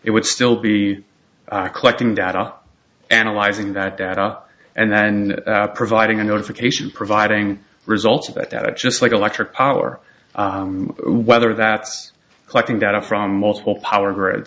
it would still be collecting data analyzing that data and then providing a notification providing results of that data just like electric power whether that's collecting data from multiple power grid